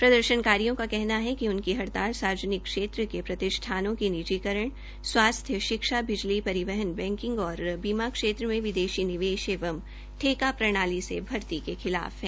प्रदर्शनकारियों का कहना है कि उनकी हड़ताल सार्वजनिक क्षेत्र के प्रतिषठानों के निजीकरण स्वास्थ्य शिक्षा बिजली परिवहन बैकिंग और बीमा क्षेत्र में विदेशी निवेश एवं ठेका प्रणाली पर भर्ती के खिलाफ है